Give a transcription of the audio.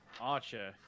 archer